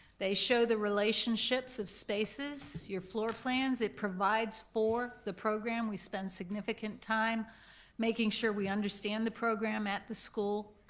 they show the relationships of spaces, your floor plans, it provides for the program, we spend significant time making sure we understand the program at the school,